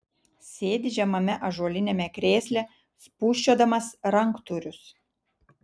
sėdi žemame ąžuoliniame krėsle spūsčiodamas ranktūrius